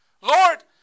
lord